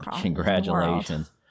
congratulations